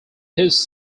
his